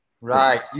Right